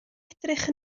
edrych